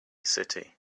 city